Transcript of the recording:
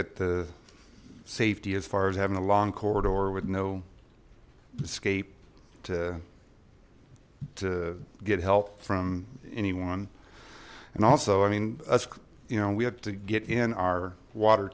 at the safety as far as having a long corridor with no escape to to get help from anyone and also i mean us you know we have to get in our water